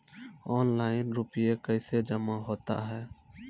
Online रुपये कैसे जमा होता हैं?